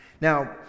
Now